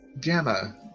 Gamma